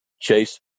Chase